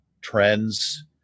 trends